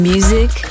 Music